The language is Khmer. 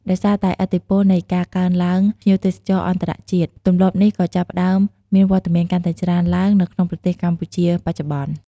ដោយសារតែឥទ្ធិពលនៃការកើនឡើងភ្ញៀវទេសចរអន្តរជាតិ ទម្លាប់នេះក៏ចាប់ផ្តើមមានវត្តមានកាន់តែច្រើនឡើងនៅក្នុងប្រទេសកម្ពុជាបច្ចុប្បន្ន។